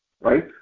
Right